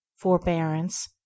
forbearance